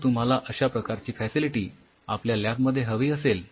जर तुम्हाला अश्या प्रकारची फॅसिलिटी आपल्या लॅब मध्ये हवी असेल